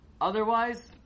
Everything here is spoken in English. Otherwise